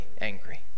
angry